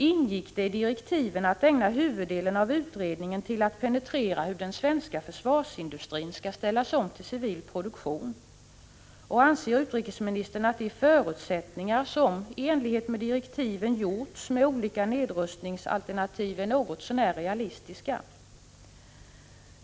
Ingick det i direktiven att Omförslag till riksda ägna huvuddelen av utredningen åt att penetrera hur den svenska försvarsineri törande sambandet dustrin skall ställas om till civil produktion? Anser utrikesministern att de ellen Hedrsinnsock förutsättningar som, i enlighet med direktiven, skapats för olika nedrustä s utveckling ningsalternativ är något så när realistiska?